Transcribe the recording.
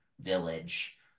village